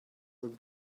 would